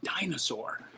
dinosaur